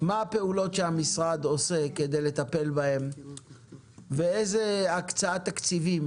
מה הפעולות שהמשרד עושה כדי לטפל בהם ואיזה הקצאת תקציבים